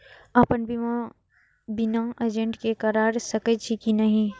अपन बीमा बिना एजेंट के करार सकेछी कि नहिं?